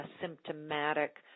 symptomatic